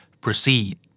Proceed